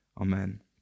Amen